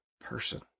person